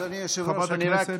אדוני היושב-ראש,